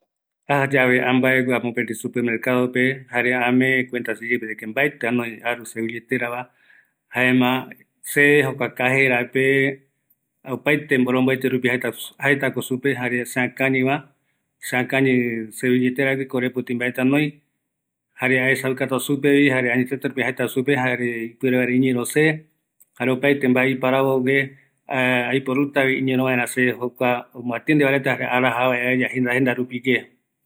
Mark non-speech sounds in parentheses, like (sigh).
﻿Ajayave ambaegua mopeti super mercadope, jare ame kuenta seyeipeva de que mbaeti aru se billeterava, jaema se jokua kajerape, opaete mboromboete rupi jaeta, jaetako supe jare seakañiva, seakañi yepi se billeteragui korepoti mbaeti anoi, jare aesaukata supevi, jare añetetepe jaeta supe, ipuere vaera iñiro se, jare opaete mbae aiparavogue (hesitation) aiporuta iñoro vaera se jokua omboatiende va reta araja vara aeya jenda rupiye